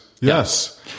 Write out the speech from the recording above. yes